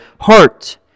heart